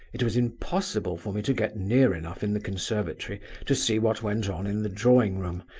it was impossible for me to get near enough in the conservatory to see what went on in the drawing-room,